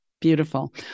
Beautiful